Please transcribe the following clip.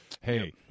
hey